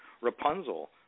Rapunzel